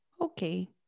Okay